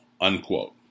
unquote